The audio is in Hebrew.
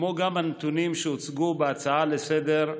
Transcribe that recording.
כמו גם את הנתונים שהוצגו בהצעה לסדר-היום,